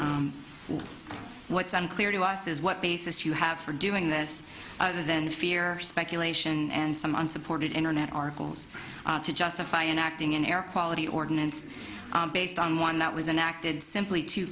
what's unclear to us is what basis you have for doing this then the fear speculation and some on supported internet articles to justify enacting an air quality ordinance based on one that was enacted simply to